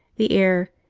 the heir,